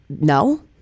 no